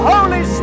Holy